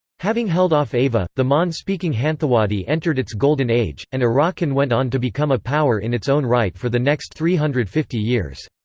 having held off ava, the mon-speaking hanthawaddy entered its golden age, and arakan went on to become a power in its own right for the next three hundred and fifty years.